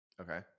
okay